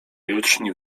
jutrzni